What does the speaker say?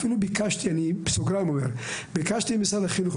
אפילו ביקשתי ממשרד החינוך,